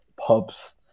pubs